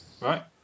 Right